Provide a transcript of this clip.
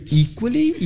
equally